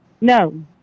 No